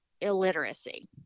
illiteracy